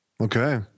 Okay